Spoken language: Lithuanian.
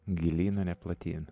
gilyn o ne platyn